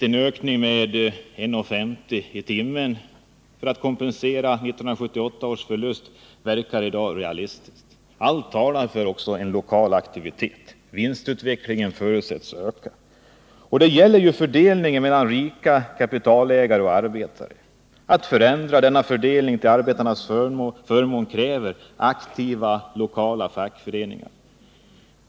En ökning med minst 1:50 i timmen för att kompensera 1978 års förlust verkar i dag realistisk. Allt talar för lokal aktivitet. Vinstutvecklingen förutsätts öka. Och det gäller ju fördelningen mellan rika kapitalägare och arbetare! Att förändra denna fördelning till arbetarnas fördel kräver aktiva lokala fackföreningar.